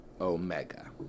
Omega